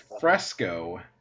fresco